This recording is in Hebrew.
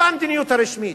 זאת המדיניות הרשמית,